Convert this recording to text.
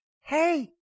Hey